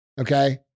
okay